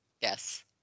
Yes